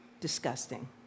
disgusting